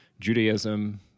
Judaism